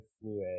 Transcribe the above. fluid